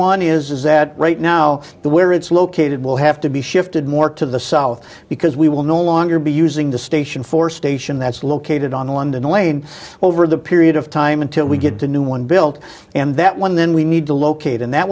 one is that right now the where it's located will have to be shifted more to the south because we will no longer be using the station for station that's located on the london lane over the period of time until we get to new one built and that one then we need to locate and that